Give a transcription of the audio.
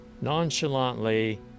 nonchalantly